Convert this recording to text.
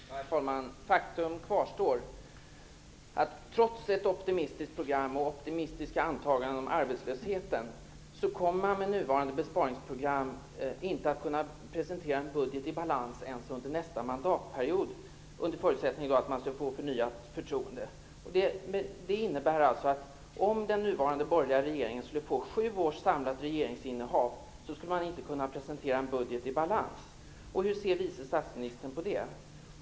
Herr talman! Faktum kvarstår: Trots ett optimistiskt program och optimistiska antaganden om arbetslösheten kommer regeringen med nuvarade besparingsprogram inte att kunna presentera en budget i balans ens under nästa mandatperiod, förutsatt att man får förnyat förtroende. Det innebär alltså att den nuvarande borgerliga regeringen inte skulle kunna presentera en budget i balans, även om man hade haft sju års oavbrutet regeringsinnehav. Hur ser vice statsministern på detta?